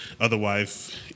Otherwise